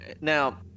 Now